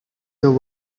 your